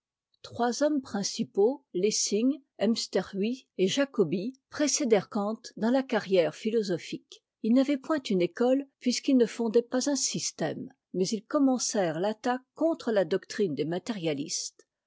trois hommes principaux lessing hemsterhuis et jacobi précédèrent kant dans la carrière philosophique ils n'avaient point une école puisqu'ils ne fondaient pas un système mais ils commencèrent l'attaque contre la doctrine des matérialistes